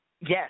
Yes